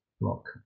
block